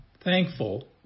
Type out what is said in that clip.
thankful